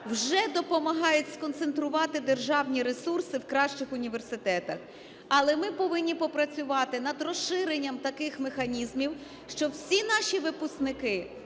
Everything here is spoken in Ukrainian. вже допомагає сконцентрувати державні ресурси в кращих університетах. Але ми повинні попрацювати над розширенням таких механізмів, щоб всі наші випускники,